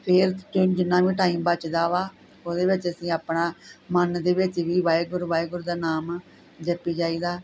ਫਿਰ ਜਿੰਨਾ ਕ ਟਾਈਮ ਬੱਚਦਾ ਵਾ ਉਹਦੇ ਵਿੱਚ ਅਸੀਂ ਆਪਣਾ ਮਨ ਦੇ ਵਿੱਚ ਵੀ ਵਾਹਿਗੁਰੂ ਵਾਹਿਗੁਰੂ ਦਾ ਨਾਮ ਜੱਪੀ ਜਾਈਦਾ